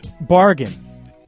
bargain